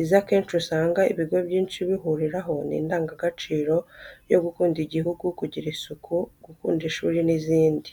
Izo akenshi usanga ibigo byinshi bihuriraho ni indangagaciro yo gukunda Igihugu, kugira isuku, gukunda ishuri n'izindi.